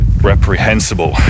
reprehensible